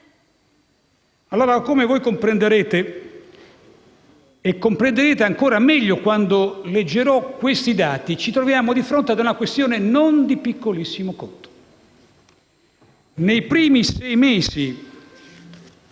Allora, come voi comprenderete - lo capirete ancora meglio quando leggerò dei dati - ci troviamo di fronte a una questione non di piccolissimo conto. Nei primi sei mesi